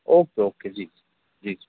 ओ के okay जी जी जी